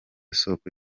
soko